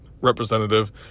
representative